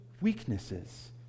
weaknesses